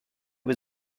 was